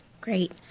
Great